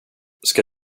ska